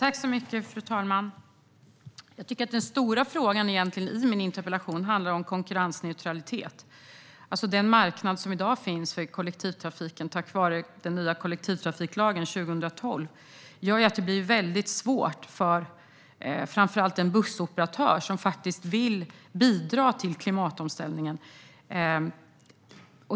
Fru talman! Den stora frågan i min interpellation handlar egentligen om konkurrensneutralitet. Den marknad som i dag finns för kollektivtrafiken, tack vare den nya kollektivtrafiklagen 2012, gör att det blir mycket svårt för framför allt en bussoperatör som faktiskt vill bidra till klimatomställningen.